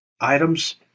items